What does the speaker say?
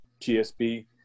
GSP